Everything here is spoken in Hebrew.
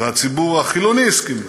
והציבור החילוני הסכים להם,